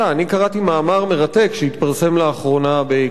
קראתי מאמר מרתק שהתפרסם לאחרונה בכתב